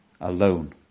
Alone